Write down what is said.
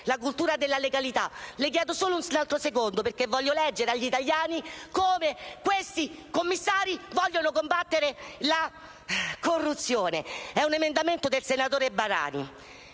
la cultura della legalità. Le chiedo solo un altro secondo, signor Presidente, perché voglio leggere agli italiani come questi commissari intendano combattere la corruzione. È un emendamento del senatore Barani